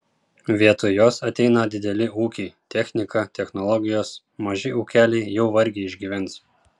vietoj jos ateina dideli ūkiai technika technologijos maži ūkeliai jau vargiai išgyvens